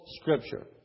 Scripture